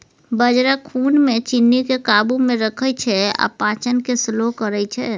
बजरा खुन मे चीन्नीकेँ काबू मे रखै छै आ पाचन केँ स्लो करय छै